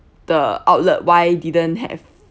the outlet why didn't have